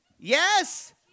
Yes